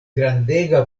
grandega